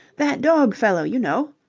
that dog fellow, you know,